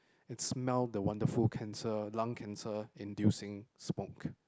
and smell the wonderful cancer lung cancer inducing smoke